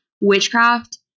witchcraft